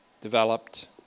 developed